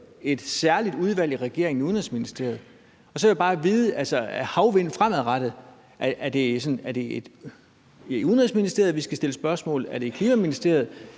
et særligt udvalg i regeringen, i Udenrigsministeriet, og så vil jeg bare vide i forhold til havvind fremadrettet: Er det til Udenrigsministeriet, vi skal stille spørgsmål, er det til Klima-, Energi-